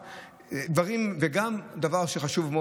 וגם דבר חשוב,